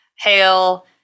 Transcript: hail